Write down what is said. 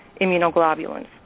immunoglobulins